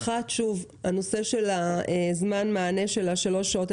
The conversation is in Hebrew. האחת, שוב, הנושא של זמן המענה של שלוש שעות.